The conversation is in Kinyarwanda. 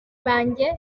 banjye